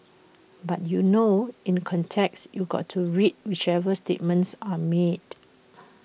but you know in context you got to read whichever statements are made